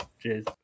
Cheers